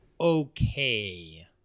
okay